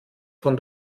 von